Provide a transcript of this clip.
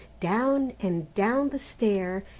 down and down the stair,